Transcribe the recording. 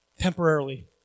Temporarily